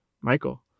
Michael